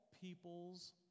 peoples